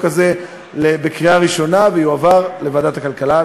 הזה בקריאה ראשונה והוא יועבר לוועדת הכלכלה.